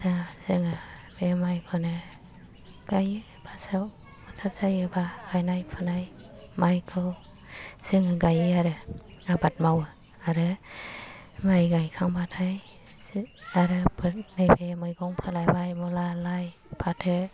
दा जोङो बे माइखौनो फ्राय फासाव बोथोर जायोबा गायनाय फुनाय माइखौ जोङो गायो आरो आबाद मावो आरो माइ गायखांबाथाय एसे आरो नैबे मैगं फोलायबाय मुला लाइ फाथो